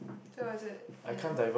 that was it ya